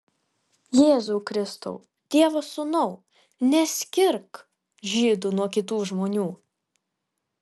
jėzau kristau dievo sūnau neskirk žydų nuo kitų žmonių